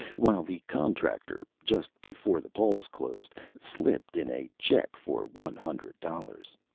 while the contractor, just before the polls closed, slipped in a check for one hundred dollars.